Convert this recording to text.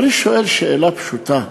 אני שואל שאלה פשוטה: